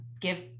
give